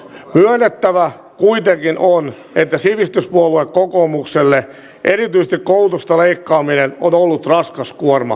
myönnettävä kuitenkin on että sivistyspuolue kokoomukselle erityisesti koulutuksesta leikkaaminen on ollut raskas kuorma kannettavaksi